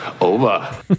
over